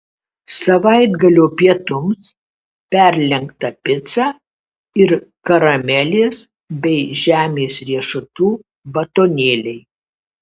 savaitgalio pietums perlenkta pica ir karamelės bei žemės riešutų batonėliai